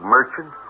Merchant